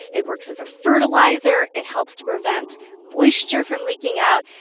it works as a fertilizer. it helps to prevent moisture from leaking out.